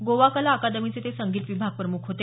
गोवा कला अकादमीचे ते संगीत विभाग प्रमुख होते